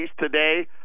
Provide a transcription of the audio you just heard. today